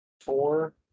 Four